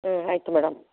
ಹ್ಞೂ ಆಯಿತು ಮೇಡಮ್